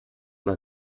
mal